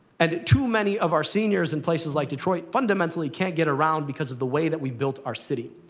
and too many of our seniors in places like detroit fundamentally can't get around, because of the way that we've built our city.